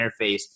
interface